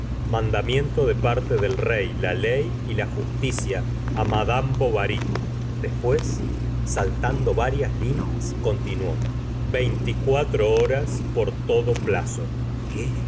mandamiento ele parte del rey la ley y la justicia á madame bovary despué saltando varias lineas continuó veinticuatro horas pm todo plaz o qué